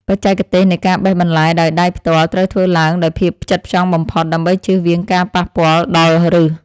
បច្ចេកទេសនៃការបេះបន្លែដោយដៃផ្ទាល់ត្រូវធ្វើឡើងដោយភាពផ្ចិតផ្ចង់បំផុត ដើម្បីជៀសវាងការប៉ះពាល់ដល់ឫស។